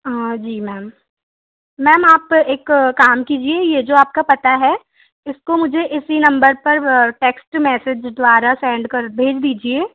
हाँ जी ma'am ma'am आप एक काम कीजिए यह जो आप पता है इसको मुझे इसी नंबर पर टेक्स्ट मैसेज द्वारा सेंड कर भेज दीजिए